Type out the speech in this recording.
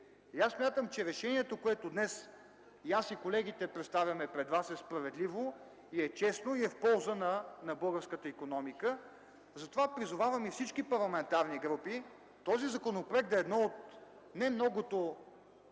Аз смятам, че решението, което аз и колегите представяме пред вас днес, е справедливо, честно и е в полза на българската икономика. Затова призовавам всички парламентарни групи този законопроект да е един от не многото